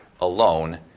alone